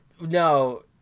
No